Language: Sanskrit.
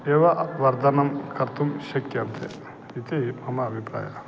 एव वर्धनं कर्तुं शक्यन्ते इति मम अभिप्रायः